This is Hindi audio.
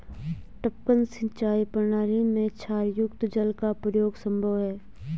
टपकन सिंचाई प्रणाली में क्षारयुक्त जल का प्रयोग संभव है